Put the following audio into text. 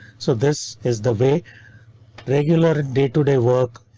so this is the way regular day-to-day work.